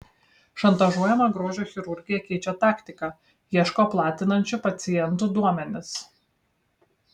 šantažuojama grožio chirurgija keičia taktiką ieško platinančių pacientų duomenis